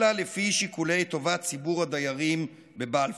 אלא לפי שיקולי טובת ציבור הדיירים בבלפור.